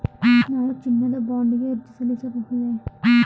ನಾನು ಚಿನ್ನದ ಬಾಂಡ್ ಗೆ ಅರ್ಜಿ ಸಲ್ಲಿಸಬಹುದೇ?